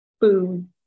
boom